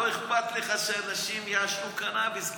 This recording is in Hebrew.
לא אכפת לך שאנשים יעשנו קנביס,